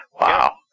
Wow